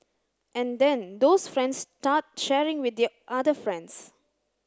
and then those friends start sharing with their other friends